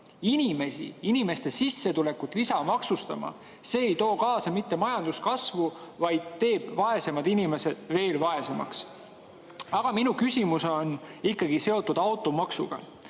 inimesi, inimeste sissetulekut lisamaksustama – see ei too kaasa mitte majanduskasvu, vaid teeb vaesemad inimesed veel vaesemaks. Minu küsimus on ikkagi seotud automaksuga.